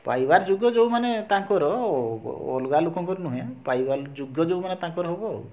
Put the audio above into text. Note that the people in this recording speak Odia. ପାଇବାର ଯୋଗ୍ୟ ଯେଉଁମାନେ ତାଙ୍କର ଅଲଗା ଲୋକଙ୍କର ନୁହେଁ ପାଇବା ଯୋଗ୍ୟ ଯେଉଁମାନେ ତାଙ୍କର ହବ